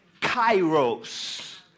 Kairos